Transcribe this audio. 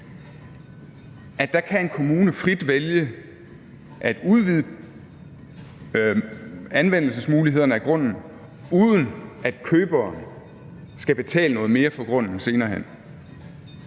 at gælde, at en kommune frit kan vælge at udvide anvendelsesmulighederne af grunden, uden at køberen skal betale noget mere for grunden senere hen.